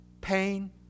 pain